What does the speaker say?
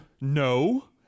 No